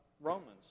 Romans